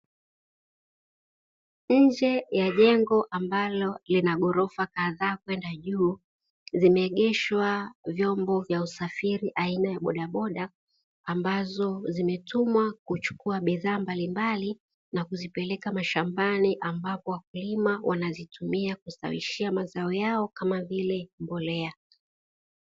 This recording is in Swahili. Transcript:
Nje ya jengo ambalo lina ghorofa kadhaa kwenda juu zimeegeshwa vyombo vya usafiri aina ya bodaboda, ambazo zimetumwa kuchukua bidhaa mbalimbali na kuzipeleka mashambani, ambapo wakulima wanazitumia kustawishia mazao yao kama vile mbolea.